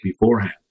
beforehand